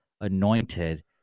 anointed